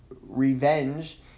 revenge